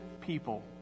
people